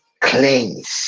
cleanse